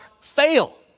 fail